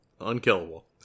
Unkillable